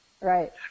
right